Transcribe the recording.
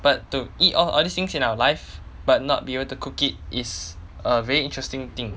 but to eat all these things in our life but not be able to cook it is a very interesting thing